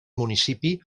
municipi